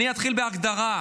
אני אתחיל בהגדרה,